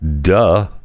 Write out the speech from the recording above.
Duh